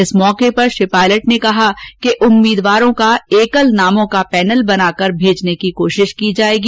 इस अवसर पर श्री पायलट ने कहा कि उम्मीदवारों का एकल नामों का पैनल बनाकर भेजने की कोशिश की जाएगी